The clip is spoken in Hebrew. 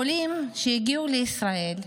עולים שהגיעו לישראל,